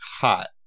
hot